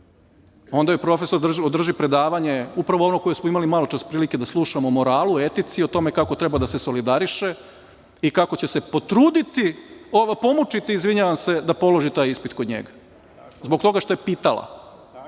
onda joj profesor održi predavanje upravo ono koje smo imali maločas prilike da slušamo o moralu, etici, o tome kako treba da se solidariše i kako će se pomučiti da položi taj ispit kod njega, zbog toga što je pitala.